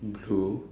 blue